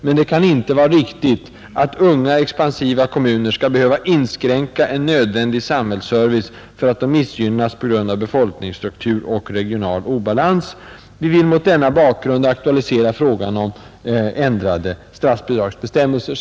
Men det kan inte vara riktigt att unga expansiva kommuner skall behöva inskränka en nödvändig samhällsservice för att de missgynnas på grund av befolkningsstruktur och regional obalans.” Mot denna bakgrund vill man aktualisera frågan om ändrade statsbidragsbestämmelser.